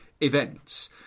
Events